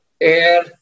air